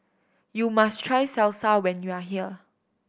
you must try Salsa when you are here